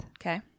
Okay